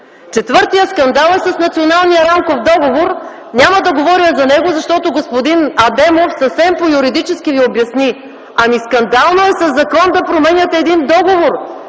Четвъртият скандал е с Националния рамков договор. Няма да говоря за него, защото господин Адемов съвсем по юридически ви обясни. (Реплики от ГЕРБ.) Скандално е със закон да промените един договор!